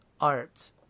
art